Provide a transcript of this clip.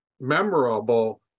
memorable